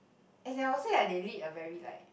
as in I will say like they lead a very like